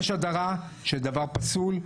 יש הדרה של דבר פסול,